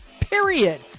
Period